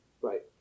Right